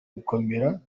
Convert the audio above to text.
gukorana